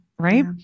right